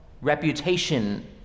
reputation